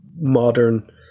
modern